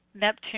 Neptune